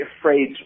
afraid